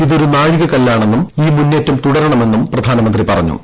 ഇതൊരു നാഴിക കല്ലാണെന്നും ഈ മുന്നേറ്റം തുടരണമെന്നും പ്രധാനമന്ത്രി പറഞ്ഞു